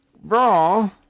Raw